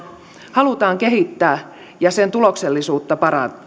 halutaan kehittää ja sen tuloksellisuutta